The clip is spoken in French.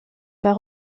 pas